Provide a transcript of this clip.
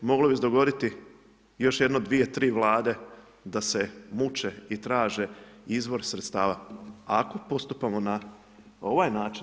Moglo bi se dogoditi još jedno dvije, tri vlade da se muče i traže izvor sredstava ako postupamo na ovaj način.